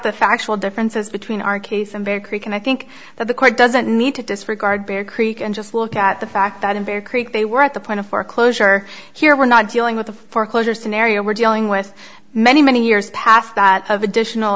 the factual differences between our case and bear creek and i think that the court doesn't need to disregard bear creek and just look at the fact that in bear creek they were at the point of foreclosure here we're not dealing with a foreclosure scenario we're dealing with many many years past that of additional